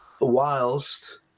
Whilst